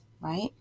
right